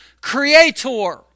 creator